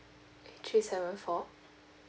okay three seven four